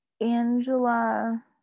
angela